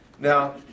Now